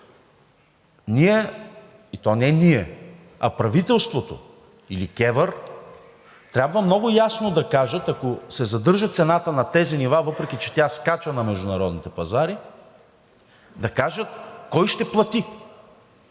минат. Второ, правителството или КЕВР трябва много ясно да кажат, ако се задържа цената на тези нива, въпреки че тя скача на международните пазари, кой ще плати.